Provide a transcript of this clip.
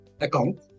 account